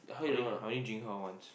only I only drink her once